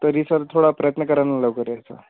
तरी सर थोडा प्रयत्न करा नं लवकर यायचा